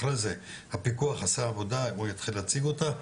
אחרי זה הפיקוח עשה עבודה והוא יתחיל להציג אותה.